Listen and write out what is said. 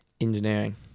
engineering